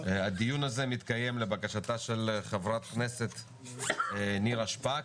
הדיון הזה מתקיים לבקשתה של ח"כ נירה שפק.